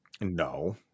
no